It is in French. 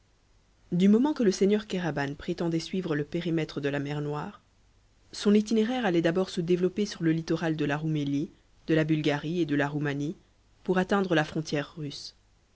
du moment que le seigneur kéraban prétendait suivre le périmètre de la mer noire son itinéraire allait d'abord se développer sur le littoral de la roumélie de la bulgarie et de la roumanie pour atteindre la frontière russe